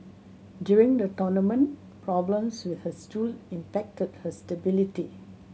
during the tournament problems with her stool impacted her stability